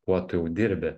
kuo tu jau dirbi